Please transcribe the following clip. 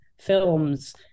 films